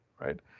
right